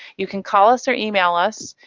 you can call us or email us.